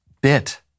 bit